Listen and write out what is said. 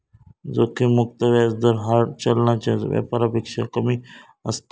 जोखिम मुक्त व्याज दर हार्ड चलनाच्या व्यापारापेक्षा कमी असता